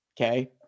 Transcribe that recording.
Okay